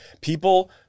people